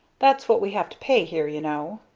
that's what we have to pay here, you know.